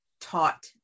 taught